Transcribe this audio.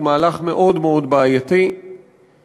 הוא מהלך מאוד מאוד בעייתי ומסוכן.